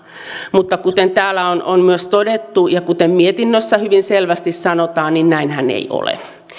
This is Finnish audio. mutta kuten täällä on on myös todettu ja kuten mietinnössä hyvin selvästi sanotaan niin näinhän ei ole